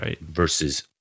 versus